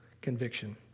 conviction